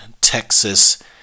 Texas